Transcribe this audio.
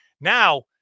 now